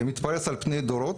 שמתפרס על פני דורות,